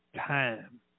time